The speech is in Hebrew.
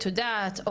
את יודעת,